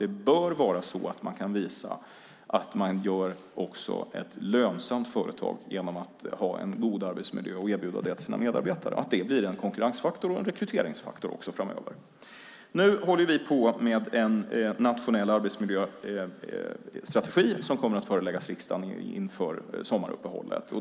Det bör vara så att vi kan visa att man gör också ett lönsamt företag genom att ha en god arbetsmiljö och erbjuda det till sina medarbetare. Det ska bli en konkurrensfaktor och en rekryteringsfaktor också framöver. Nu håller vi på med en nationell arbetsmiljöstrategi som kommer att föreläggas riksdagen inför sommaruppehållet.